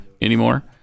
anymore